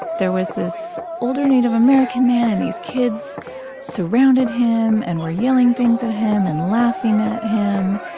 there was this older native american man, and these kids surrounded him and were yelling things at him and laughing at him.